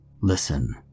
listen